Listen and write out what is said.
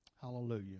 Hallelujah